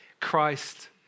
Christ